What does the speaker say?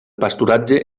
pasturatge